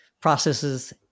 processes